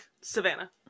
Savannah